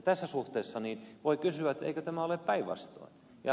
tässä suhteessa voi kysyä eikö tämä ole päinvastoin